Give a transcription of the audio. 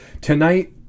tonight